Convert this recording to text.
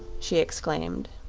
she exclaimed.